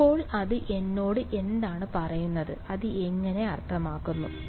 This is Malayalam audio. അപ്പോൾ അത് എന്നോട് എന്താണ് പറയുന്നത് അത് എങ്ങനെ അർത്ഥമാക്കുന്നു